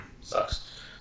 sucks